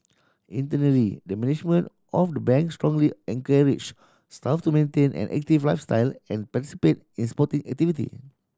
internally the management of the Bank strongly encourage staff to maintain an active lifestyle and participate in sporting activity